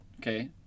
Okay